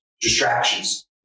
distractions